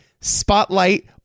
Spotlight